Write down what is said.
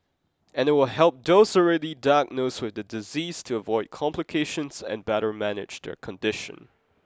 and it will help those already diagnosed with the disease to avoid complications and better manage their condition